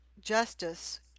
justice